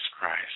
Christ